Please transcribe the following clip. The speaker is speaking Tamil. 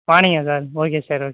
மார்னிங்காக சார் ஓகே சார் ஓகே